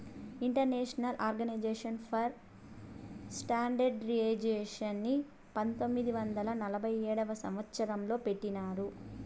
international organization for స్టాండర్డయిజేషన్ని పంతొమ్మిది వందల నలభై ఏడవ సంవచ్చరం లో పెట్టినారు